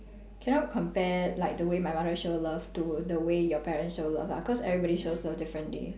cannot compare like the way my mother show love to the way your parents show love ah cause everybody shows love differently